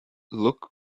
look